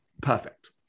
perfect